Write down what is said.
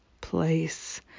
place